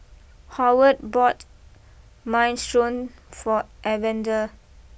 Howard bought Minestrone for Evander